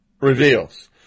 reveals